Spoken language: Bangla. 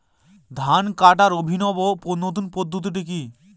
ধান কাটার অভিনব নতুন পদ্ধতিটি কি?